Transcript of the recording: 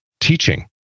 teaching